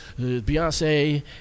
Beyonce